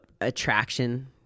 attraction